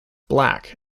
black